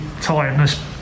tiredness